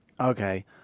Okay